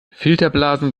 filterblasen